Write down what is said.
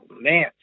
man